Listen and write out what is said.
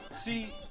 See